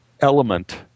element